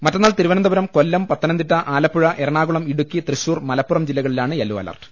മറ്റന്നാൾ തിരുവനന്തപുരം കൊല്ലം പത്തനംതിട്ട ആലപ്പുഴ എറണാകുളം ഇടുക്കി തൃശൂർ മലപ്പുറം ജില്ലകളിലാണ് yellow alert